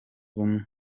bumwe